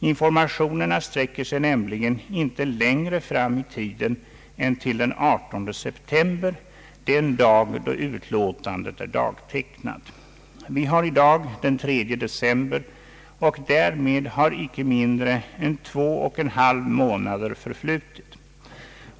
Informationerna sträcker sig nämligen inte längre fram i tiden än till den 18 september, den dag då utlåtandet är dagtecknat. Vi har i dag den 3 december och därmed har icke mindre än två och en halv månader förflutit.